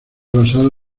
basado